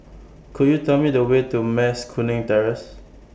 Could YOU Tell Me The Way to Mas Kuning Terrace